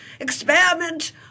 experiment